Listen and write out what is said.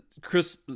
Chris